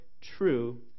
true